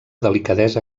delicadesa